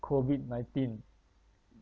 COVID nineteen